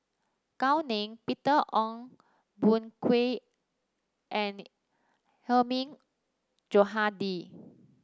Gao Ning Peter Ong Boon Kwee and the Hilmi Johandi